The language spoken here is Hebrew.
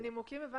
הבנתי את הנימוקים.